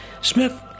Smith